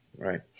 Right